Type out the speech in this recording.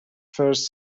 first